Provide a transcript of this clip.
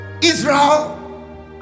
Israel